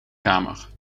kamer